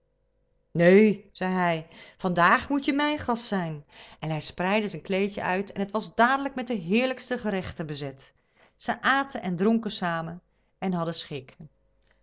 neen zei hij van daag moet je mijn gast zijn en hij spreidde zijn kleedje uit en t was dadelijk met de heerlijkste gerechten bezet zij aten en dronken samen en hadden schik